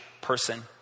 person